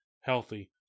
healthy